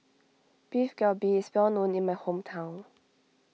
Beef Galbi is well known in my hometown